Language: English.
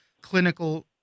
clinical